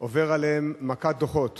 עוברת עליהם מכת דוחות